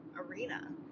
arena